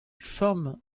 forme